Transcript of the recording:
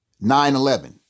9-11